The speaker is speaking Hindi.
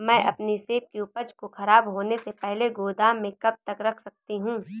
मैं अपनी सेब की उपज को ख़राब होने से पहले गोदाम में कब तक रख सकती हूँ?